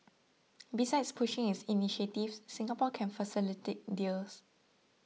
besides pushing its initiatives Singapore can facilitate deals